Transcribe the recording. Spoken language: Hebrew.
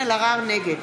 נגד